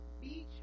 Beach